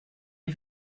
est